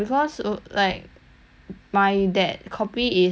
my that copy is a exclusive copy mah so